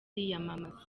kwiyamamaza